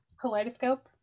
Kaleidoscope